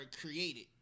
created